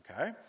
okay